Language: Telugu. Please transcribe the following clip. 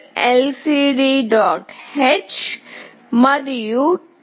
h మరియు TextLCDScroll